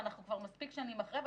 אנחנו כבר מספיק שנים אחרי זה,